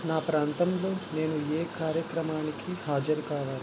నా ప్రాంతంలో నేను ఏ కార్యక్రమానికి హాజరు కావాలి